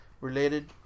Related